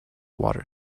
water